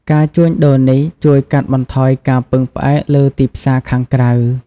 ការជួញដូរនេះជួយកាត់បន្ថយការពឹងផ្អែកលើទីផ្សារខាងក្រៅ។